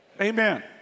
Amen